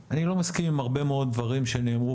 אני לא מסכים עם הרבה מאוד דברים שנאמרו